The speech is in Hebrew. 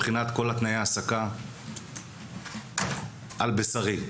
מבחינת כל תנאי ההעסקה, על בשרי.